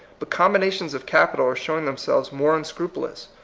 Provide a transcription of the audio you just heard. but combinations of capital are showing themselves more unscrupulous,